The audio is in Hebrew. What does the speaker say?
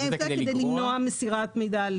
כדי למנוע מסירת מידע.